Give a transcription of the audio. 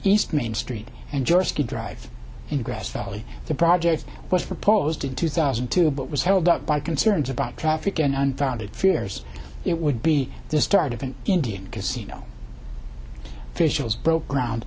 east main street and just drive in grass valley the project was proposed in two thousand and two but was held up by concerns about traffic and unfounded fears it would be the start of an indian casino officials broke ground